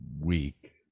week